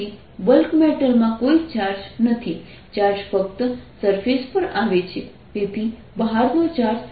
તેથી બલ્ક મેટલમાં કોઈ ચાર્જ નથી ચાર્જ ફક્ત સરફેસ પર આવે છે તેથી બહારનો ચાર્જ 0 છે